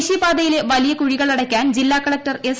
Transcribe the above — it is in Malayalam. ദേശീയപാതയിലെ വലിയ കുഴികൾ അടയ്ക്കാൻ ജില്ലാ കളക്ടർ എസ്